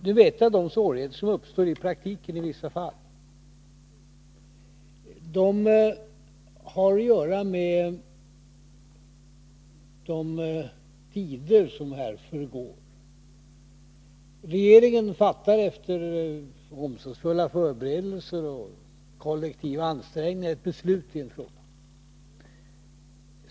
Nu vet jag de svårigheter som i praktiken uppstår i vissa fall. De har att göra med den tid som här förgår. Regeringen fattar, efter omsorgsfulla förberedelser och kollektiva ansträngningar, ett beslut i en fråga.